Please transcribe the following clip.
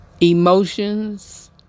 emotions